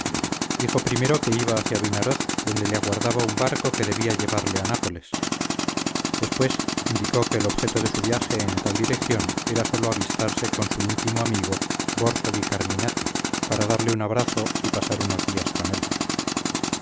dijo primero que iba hacia vinaroz donde le aguardaba un barco que debía llevarte a nápoles después indicó que el objeto de su viaje en tal dirección era sólo avistarse con su íntimo amigo borso di carminati para darle un abrazo y pasar unos días con él